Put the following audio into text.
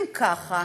אם ככה,